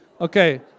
Okay